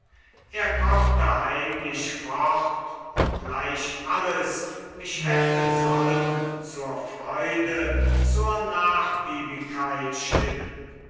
er kochte heimlich fort obgleich alles mich hätte sollen zur freude zur nachgiebigkeit stimmen